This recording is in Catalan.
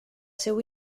seu